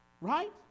right